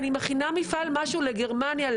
אני מכינה משהו לגרמניה,